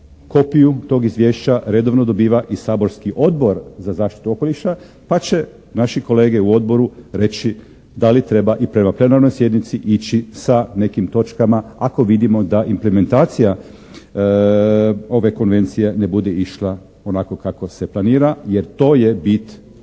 kopiju tog izvješća redovno dobiva i saborski Odbor za zaštitu okoliša pa će naši kolege u odboru reći da li treba i prema plenarnoj sjednici ići sa nekim točkama ako vidimo da implementacija ove konvencije ne bude išla onako kako se planira jer to je bit